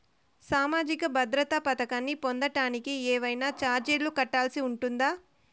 సామాజిక భద్రత పథకాన్ని పొందడానికి ఏవైనా చార్జీలు కట్టాల్సి ఉంటుందా?